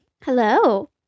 Hello